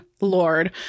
lord